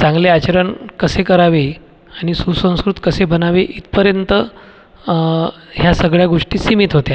चांगले आचरण कसे करावे आणि सुसंस्कृत कसे बनावे इथपर्यंत ह्या सगळ्या गोष्टी सीमित होत्या